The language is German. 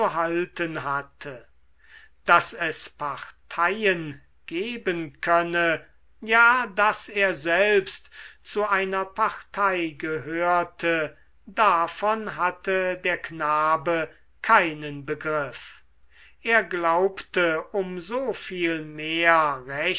halten hatte daß es parteien geben könne ja daß er selbst zu einer partei gehörte davon hatte der knabe keinen begriff er glaubte um so viel mehr